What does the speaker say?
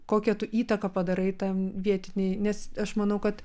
kokią tu įtaką padarai tam vietiniai nes aš manau kad